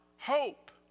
hope